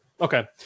okay